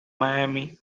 miami